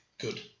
good